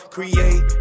Create